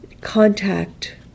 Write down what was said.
contact